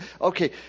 okay